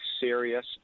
serious